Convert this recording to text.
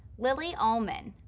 lily almon,